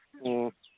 ꯑꯣ